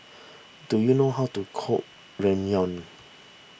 do you know how to cook Ramyeon